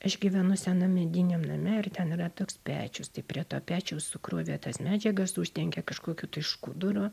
aš gyvenu senam mediniam name ir ten yra toks pečius tai prie to pečiaus sukrovė tas medžiagas uždengė kažkokiu tai škuduru